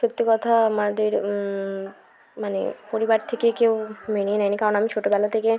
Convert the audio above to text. সত্যি কথা আমাদের মানে পরিবার থেকে কেউ মেনে নেয়নি কারণ আমি ছোটবেলা থেকে